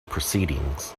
proceedings